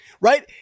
right